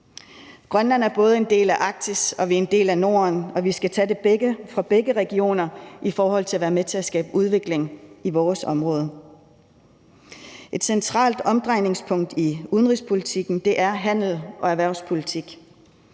Grønland er både en del af Arktis og en del af Norden, og vi skal tage fra begge regioner i forhold til at være med til at skabe udvikling i vores område. Et centralt omdrejningspunkt i udenrigspolitikken er handels- og erhvervspolitik.